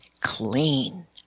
clean